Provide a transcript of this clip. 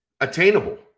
attainable